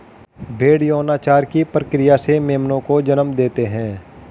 भ़ेड़ यौनाचार की प्रक्रिया से मेमनों को जन्म देते हैं